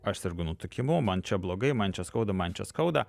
aš sergu nutukimu man čia blogai man čia skauda man čia skauda